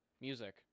music